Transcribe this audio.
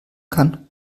kann